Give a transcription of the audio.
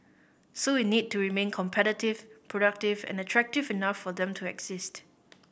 so we need to remain competitive productive and attractive enough for them to exist